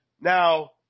Now